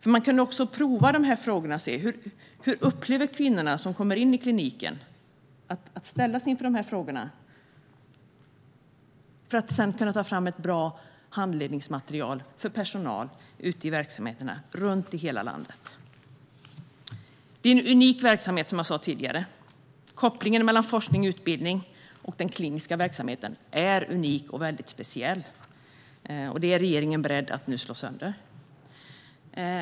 De kunde prova frågorna och se hur kvinnorna som kommer till kliniken upplever att ställas inför frågorna för att sedan kunna ta fram ett bra handledningsmaterial för personal ute i verksamheterna runt om i hela landet. Det är en unik verksamhet, som jag sa tidigare. Kopplingen mellan forskning och utbildning och den kliniska verksamheten är unik och väldigt speciell. Det är regeringen beredd att nu slå sönder.